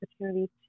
opportunity